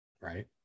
right